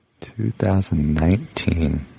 2019